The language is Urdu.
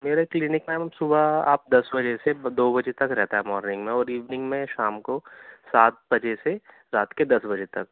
میرے كلنک میں میم صُبح آپ دس بجے سے دو بجے تک رہتا ہے مورننگ میں اور ایوینگ میں شام کو سات بجے سے رات کے دس بجے تک